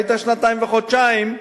היית שנתיים וחודשיים?